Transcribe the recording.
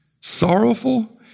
sorrowful